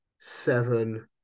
seven